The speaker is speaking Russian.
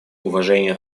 уважения